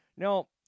Now